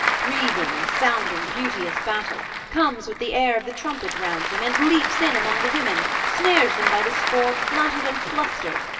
breathing and sounding beauteous battle, comes with the air of the trumpet round him, and leaps in among the women, snares them by the score flattered and flustered,